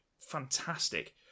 fantastic